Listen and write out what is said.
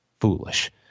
foolish